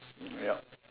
mm yup